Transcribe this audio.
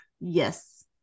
yes